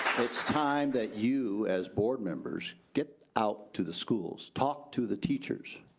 it's time that you as board members get out to the schools, talk to the teachers.